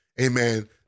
amen